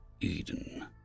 Eden